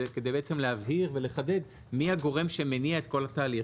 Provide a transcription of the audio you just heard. כדי בעצם להבהיר ולחדד מי הגורם שמניע את כל התהליך.